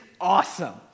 awesome